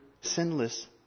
sinless